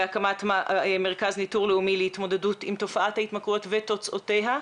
להקמת מרכז ניטור לאומי להתמודדות עם תופעת ההתמכרויות ותוצאותיה.